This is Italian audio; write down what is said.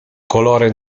color